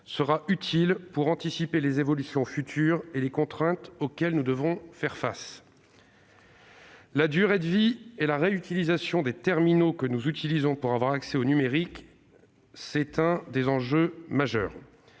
sera utile pour anticiper les évolutions futures et les contraintes auxquelles nous devrons faire face. La durée de vie et la réutilisation des terminaux que nous utilisons pour avoir accès au numérique sont un des enjeux majeurs.